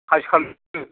खासि खालामजोबदों